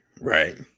right